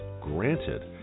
granted